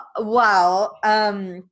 Wow